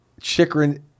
Chikrin